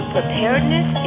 Preparedness